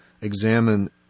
examine